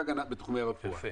להגנה בתחומי הרפואה.